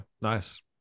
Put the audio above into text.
nice